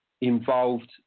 involved